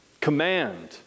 Command